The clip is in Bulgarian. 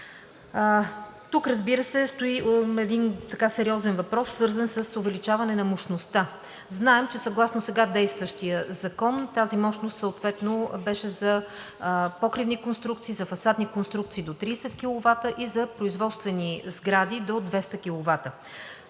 Тук, разбира се, стои един сериозен въпрос, свързан с увеличаване на мощността. Знаем, че съгласно сега действащия закон тази мощност съответно беше за покривни конструкции, за фасадни конструкции до 30 киловата и за производствени сгради до 200